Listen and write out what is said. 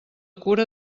cura